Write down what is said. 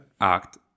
act